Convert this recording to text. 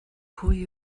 pwy